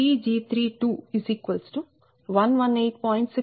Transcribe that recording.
Pg3118